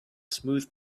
smooth